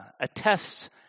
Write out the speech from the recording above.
attests